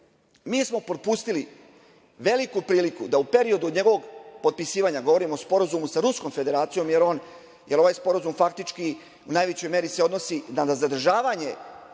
Mi smo propustili veliku priliku da u periodu od njegovog potpisivanja, govorim o Sporazumu sa Ruskom Federacijom, jer se ovaj Sporazum faktički u najvećoj meri odnosi na zadržavanje